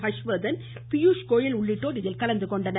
ஹர்ஷ்வர்தன் பியூஷ்கோயல் உள்ளிட்டோர் இதில் கலந்துகொண்டனர்